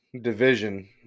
division